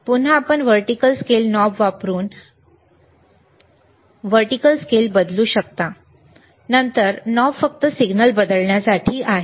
पुन्हा आपण अनुलंब स्केल नॉब वापरून अनुलंब स्केल बदलू शकता ठीक आहे नंतर नॉब फक्त सिग्नल बदलण्यासाठी आहे